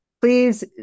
Please